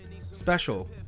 special